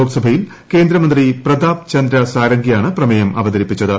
ലോക്സഭയിൽ കേന്ദ്രമന്ത്രി പ്രതാപ് ചന്ദ്ര സാീര്യഗിയാണ് പ്രമേയം അവതരിപ്പിച്ചത്